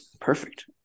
Perfect